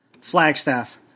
Flagstaff